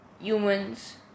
humans